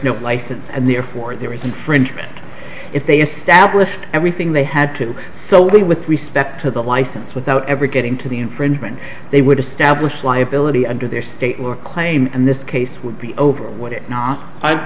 no license and therefore there is infringement if they established everything they had to so with respect to the license without ever getting to the infringement they would establish liability under their state or claim and this case would be over w